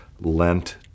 Lent